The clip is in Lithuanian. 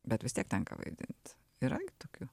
bet vis tiek tenka vaidint yra gi tokių